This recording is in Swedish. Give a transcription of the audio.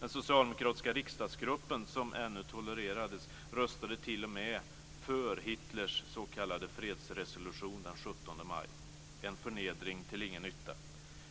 Den socialdemokratiska riksdagsgruppen, som ännu tolererades, röstade t.o.m. för Hitlers s.k. fredsresolution den 17 maj - en förnedring till ingen nytta.